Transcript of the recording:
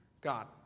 God